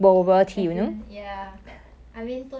eh so when is your school starting online school